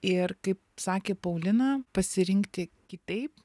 ir kaip sakė paulina pasirinkti kitaip